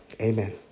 Amen